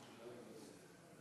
להעביר